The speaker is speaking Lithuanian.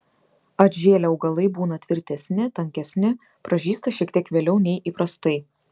atžėlę augalai būna tvirtesni tankesni pražysta šiek tiek vėliau nei įprastai